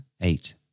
eight